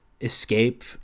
escape